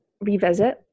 revisit